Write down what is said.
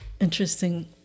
Interesting